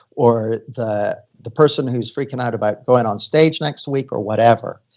or the the person who's freaking out about going on stage next week, or whatever,